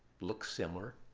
looks similar,